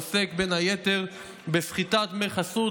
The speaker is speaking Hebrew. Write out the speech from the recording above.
העוסק בין היתר בסחיטת דמי חסות,